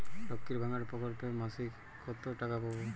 লক্ষ্মীর ভান্ডার প্রকল্পে মাসিক কত টাকা পাব?